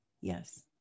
Yes